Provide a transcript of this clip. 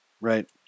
right